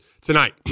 tonight